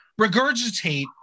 regurgitate